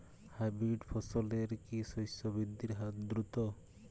Hybrid ফসলের কি শস্য বৃদ্ধির হার দ্রুত?